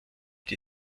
die